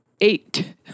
eight